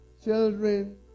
Children